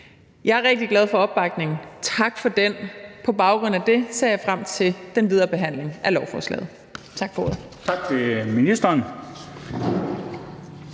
Jeg er rigtig glad for opbakningen; tak for den. På baggrund af det ser jeg frem til den videre behandling af lovforslaget.